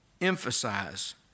emphasize